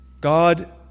God